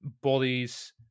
bodies